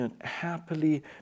happily